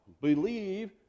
believe